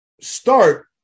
start